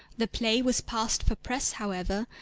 the play was passed for press, however,